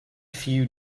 few